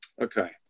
Okay